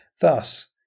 Thus